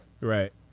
Right